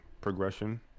progression